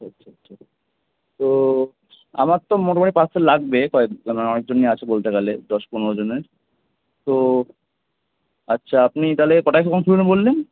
আচ্ছা আচ্ছা ওস আমার তো মোটামুটি পার্সেল লাগবে কয়েকজন অনেকজনই আছে বলতে গেলে দশ পনেরোজনের তো আচ্ছা আপনি তাহলে কটায় দোকান খুলবেন বললেন